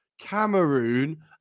cameroon